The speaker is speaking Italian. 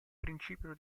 principio